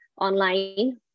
online